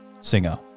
Singer